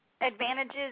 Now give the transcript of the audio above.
advantages